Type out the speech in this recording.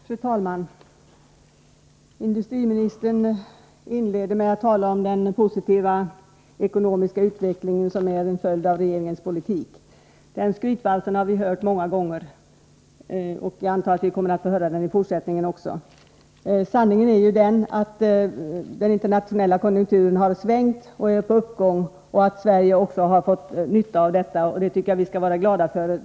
Fru talman! Industriministern inledde med att tala om den positiva ekonomiska utveckling som är en följd av regeringens politik. Den skrytvalsen har vi hört många gånger, och jag antar att vi kommer att få höra den i fortsättningen också. Sanningen är ju den att den internationella konjunkturen har svängt och är på uppgång och att också Sverige har fått nytta av detta. Det tycker jag att vi skall vara glada för.